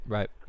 Right